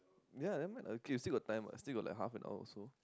ya nevermind lah okay we still got time [what] still got like half an hour or so